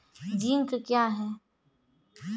Zinc क्या हैं?